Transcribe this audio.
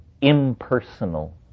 impersonal